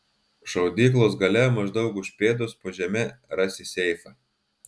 šaudyklos gale maždaug už pėdos po žeme rasi seifą